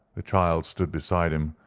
the child stood beside him,